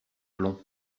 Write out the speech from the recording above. plomb